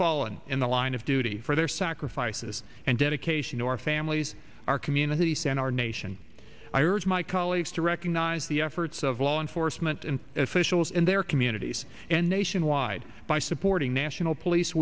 fallen in the line of duty for their sacrifices and dedication to our families our community center our nation i urge my colleagues to recognize the efforts of law enforcement officials and their communities nationwide by supporting national police